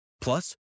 Plus